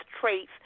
traits